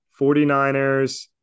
49ers